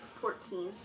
fourteen